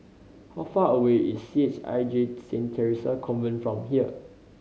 how far away is C H I J Saint Theresa Convent from here